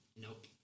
Nope